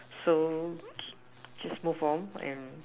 so just move on and